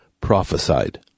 prophesied